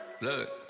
Look